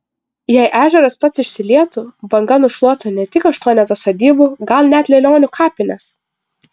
jei ežeras pats išsilietų banga nušluotų ne tik aštuonetą sodybų gal net lielionių kapines